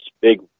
big